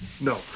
no